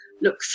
look